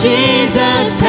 Jesus